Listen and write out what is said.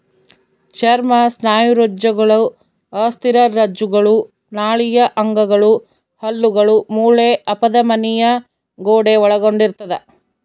ಚರ್ಮ ಸ್ನಾಯುರಜ್ಜುಗಳು ಅಸ್ಥಿರಜ್ಜುಗಳು ನಾಳೀಯ ಅಂಗಗಳು ಹಲ್ಲುಗಳು ಮೂಳೆ ಅಪಧಮನಿಯ ಗೋಡೆ ಒಳಗೊಂಡಿರ್ತದ